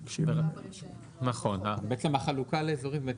החלוקה לאזורים,